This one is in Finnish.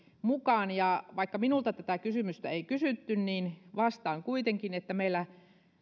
mukaan ja vaikka minulta tätä kysymystä ei kysytty niin vastaan kuitenkin että meillä